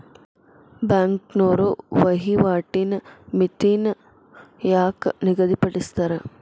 ಬ್ಯಾಂಕ್ನೋರ ವಹಿವಾಟಿನ್ ಮಿತಿನ ಯಾಕ್ ನಿಗದಿಪಡಿಸ್ತಾರ